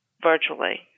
virtually